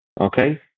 okay